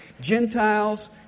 Gentiles